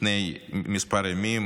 לפני כמה ימים,